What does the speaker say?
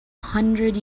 hundred